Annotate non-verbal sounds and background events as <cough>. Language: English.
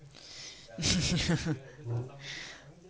<breath> <laughs>